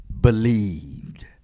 Believed